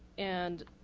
and